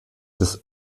des